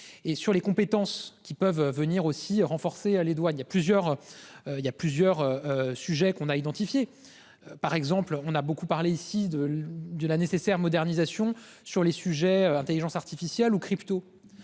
et sur les compétences qui peuvent venir aussi renforcer les douanes. Il y a plusieurs. Il y a plusieurs sujets qu'on a identifié. Par exemple, on a beaucoup parlé ici de de la nécessaire modernisation sur les sujets Intelligence artificielle ou crypto-.